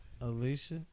Alicia